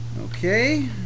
Okay